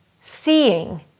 seeing